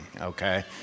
okay